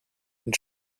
and